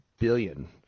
Billion